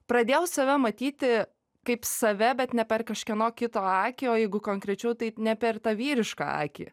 pradėjau save matyti kaip save bet ne per kažkieno kito akį o jeigu konkrečiau tai ne per tą vyrišką akį